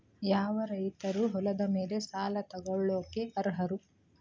ಯಾವ ರೈತರು ಹೊಲದ ಮೇಲೆ ಸಾಲ ತಗೊಳ್ಳೋಕೆ ಅರ್ಹರು?